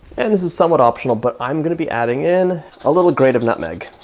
and this is somewhat optional, but i'm gonna be adding in a little grate of nutmeg.